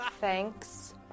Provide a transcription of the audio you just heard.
Thanks